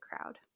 crowd